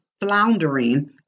floundering